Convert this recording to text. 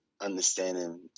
understanding